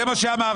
זה מה שאמרתי,